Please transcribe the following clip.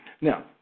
Now